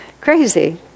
crazy